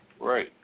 right